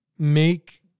make